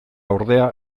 ordea